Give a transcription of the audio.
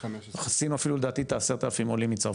עשינו אפילו לדעתי את ה-10 אלף עולים מצרפת.